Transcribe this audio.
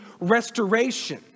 restoration